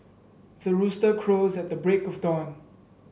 the rooster crows at the break of dawn